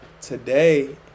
today